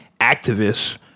Activists